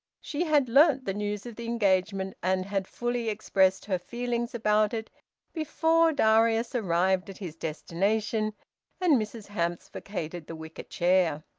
she had learnt the news of the engagement, and had fully expressed her feelings about it before darius arrived at his destination and mrs hamps vacated the wicker-chair.